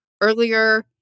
earlier